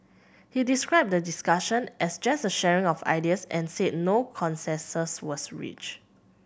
he described the discussion as just a sharing of ideas and said no consensus was reached